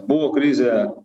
buvo krizė